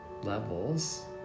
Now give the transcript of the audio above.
levels